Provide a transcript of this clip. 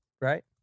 right